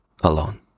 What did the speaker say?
alone